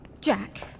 Jack